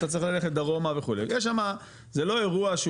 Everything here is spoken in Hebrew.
אתה צריך ללכת דרומה וכו' יש שמה זה לא אירוע שהוא